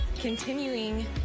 continuing